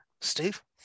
Steve